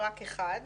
רק אחד.